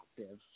active